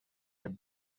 that